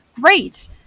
Great